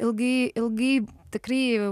ilgai ilgai tikrai